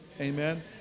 Amen